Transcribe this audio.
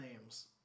names